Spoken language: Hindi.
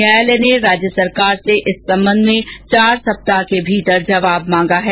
न्यायालय ने राज्य सरकार से इस संबंध में चार सप्ताह के भीतर जवाब मांगा है